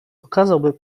okazałby